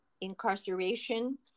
Incarceration